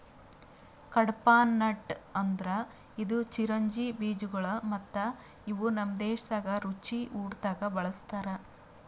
ಕಡ್ಪಾಹ್ನಟ್ ಅಂದುರ್ ಇದು ಚಿರೊಂಜಿ ಬೀಜಗೊಳ್ ಮತ್ತ ಇವು ನಮ್ ದೇಶದಾಗ್ ರುಚಿ ಊಟ್ದಾಗ್ ಬಳ್ಸತಾರ್